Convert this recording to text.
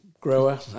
Grower